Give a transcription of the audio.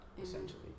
essentially